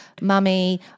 Mummy